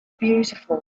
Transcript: beautiful